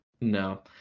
No